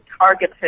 targeted